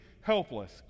helpless